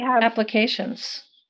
applications